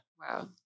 Wow